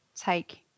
take